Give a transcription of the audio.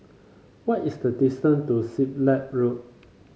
what is the distance to Siglap Road